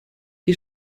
wir